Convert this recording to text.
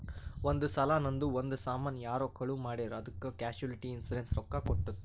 ಒಂದ್ ಸಲಾ ನಂದು ಒಂದ್ ಸಾಮಾನ್ ಯಾರೋ ಕಳು ಮಾಡಿರ್ ಅದ್ದುಕ್ ಕ್ಯಾಶುಲಿಟಿ ಇನ್ಸೂರೆನ್ಸ್ ರೊಕ್ಕಾ ಕೊಟ್ಟುತ್